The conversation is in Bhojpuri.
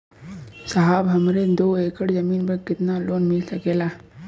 साहब हमरे दो एकड़ जमीन पर कितनालोन मिल सकेला?